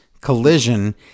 Collision